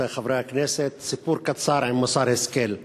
רבותי חברי הכנסת, סיפור קצר עם מוסר השכל: